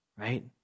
right